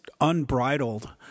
unbridled